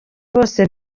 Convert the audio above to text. bose